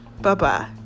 Bye-bye